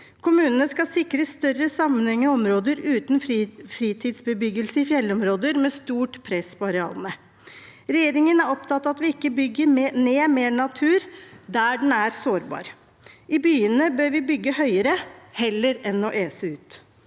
Kommunene skal sikre større sammenheng i områder uten fritidsbebyggelse i fjellområder med stort press på arealene. Regjeringen er opptatt av at vi ikke bygger ned mer natur der den er sårbar. I byene bør vi bygge høyere, heller enn å ese ut.